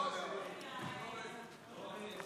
אגרות והוצאות (תיקון מס'